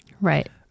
Right